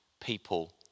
people